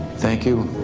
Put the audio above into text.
thank you,